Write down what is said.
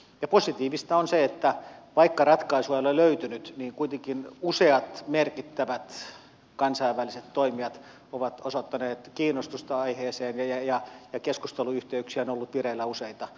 ja positiivista on se että vaikka ratkaisua ei ole löytynyt niin kuitenkin useat merkittävät kansainväliset toimijat ovat osoittaneet kiinnostusta aiheeseen ja keskusteluyhteyksiä on ollut vireillä useita